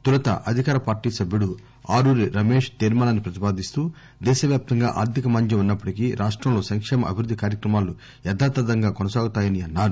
తొలుత అధికార పార్టీ సభ్యుడు ఆరూరి రమేష్ తీర్మానాన్ని ప్రతిపాదిస్తూ దేశవ్యాప్తంగా ఆర్థికమాంధ్యం ఉన్నప్పటికీ రాష్టంలో సంకేమ అభివృద్ధి కార్యక్రమాలు యధాతథంగా కొనసాగుతున్నాయన్నారు